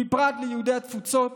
ובפרט ליהודי התפוצות